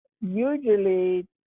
usually